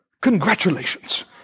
congratulations